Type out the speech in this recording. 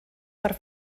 per